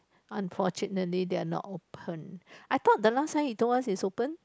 unfortunately they are not open I thought the last time you told us is open